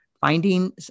finding